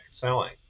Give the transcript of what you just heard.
selling